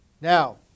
Now